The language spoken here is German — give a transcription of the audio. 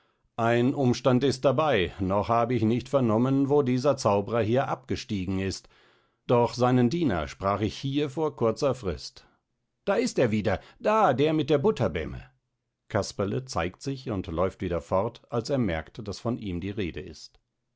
ein umstand ist dabei noch hab ich nicht vernommen wo dieser zauberer hier abgestiegen ist doch seinen diener sprach ich hier vor kurzer frist da ist er wieder da der mit der butterbemme casperle zeigt sich und läuft wieder fort als er merkt daß von ihm die rede ist